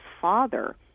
father